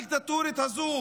הדיקטטורית הזו?